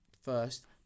first